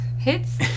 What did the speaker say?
Hits